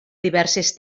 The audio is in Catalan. diverses